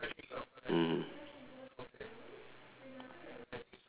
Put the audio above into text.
mm